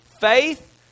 faith